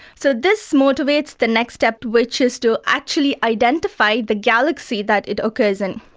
so this motivates the next step which is to actually identify the galaxy that it occurs in.